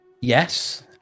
Yes